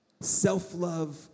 Self-love